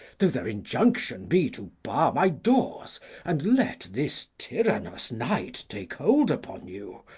though their injunction be to bar my doors and let this tyrannous night take hold upon you,